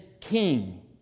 king